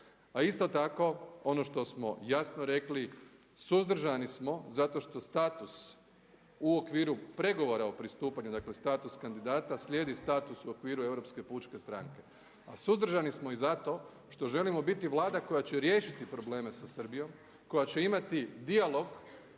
A isto tako ono što smo jasno rekli suzdržani smo zato što status u okviru pregovora o pristupanju, dakle status kandidata slijedi status u okviru Europske pučke stranke. A suzdržani smo i zato što želimo biti Vlada koja će riješiti probleme sa Srbijom, koja će imati dijalog